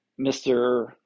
Mr